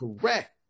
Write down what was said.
correct